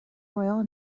royal